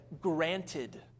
Granted